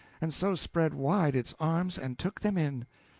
and so spread wide its arms and took them in.